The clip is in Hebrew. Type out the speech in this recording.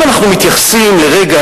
אם אנחנו מתייחסים לרגע,